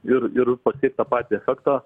ir ir pasiekt tą patį efektą